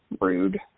rude